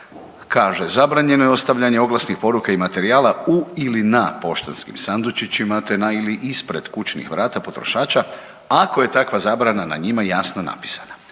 kaže, zabranjeno je ostavljanje oglasnih poruka i materijala u ili na poštanskim sandučićima te na ili ispred kućnih vrata potrošača ako je takva zabrana na njima jasno napisana.